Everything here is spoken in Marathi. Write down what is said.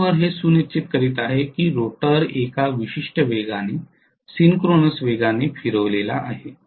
प्राइम मूवर हे सुनिश्चित करीत आहे की रोटर एका विशिष्ट वेगाने सिंक्रोनस वेगाने फिरविला आहे